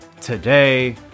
today